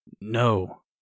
No